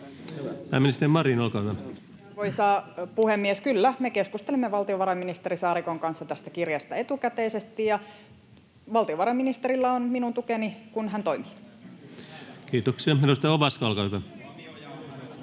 Pääministeri Marin, olkaa hyvä. Arvoisa puhemies! Kyllä, me keskustelimme valtiovarainministeri Saarikon kanssa tästä kirjeestä etukäteisesti, ja valtiovarainministerillä on minun tukeni, kun hän toimii. Kiitoksia. — Edustaja Ovaska, olkaa hyvä.